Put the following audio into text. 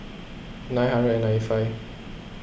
nine hundred and ninety five